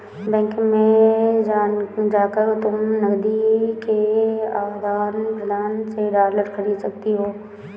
bank में जाकर तुम नकदी के आदान प्रदान से डॉलर खरीद सकती हो